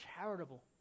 charitable